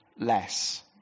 Less